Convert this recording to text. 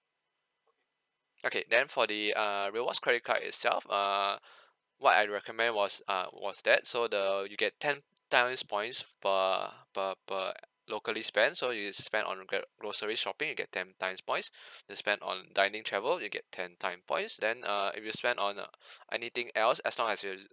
okay then for the uh rewards credit card itself uh what I recommend was uh was that so the you get ten times points per per per locally spend so you spend on the gr~ groceries shopping you get ten times points you spend on dining travel you get ten time points then uh if you spend on anything else as long as you're